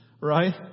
right